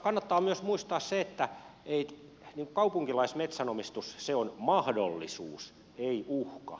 kannattaa myös muistaa se että kaupunkilaismetsänomistus on mahdollisuus ei uhka